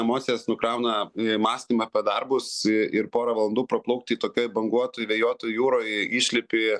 emocijas nukrauna mąstymą padargus ir porą valandų praplaukti tokioj banguotoj vėjuotoj jūroj išlipi